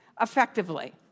effectively